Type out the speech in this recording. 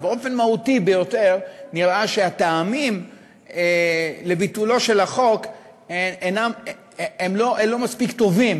באופן מהותי ביותר נראה שהטעמים לביטולו של החוק הם לא מספיק טובים,